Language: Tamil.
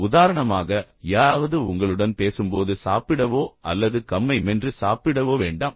உதாரணமாக யாராவது உங்களுடன் பேசும்போது சாப்பிடவோ அல்லது கம்மை மென்று சாப்பிடவோ வேண்டாம்